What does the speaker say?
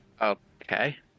Okay